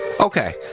Okay